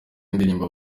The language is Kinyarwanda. indirimbo